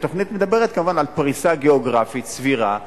והתוכנית מדברת כמובן על פריסה גיאוגרפית סבירה.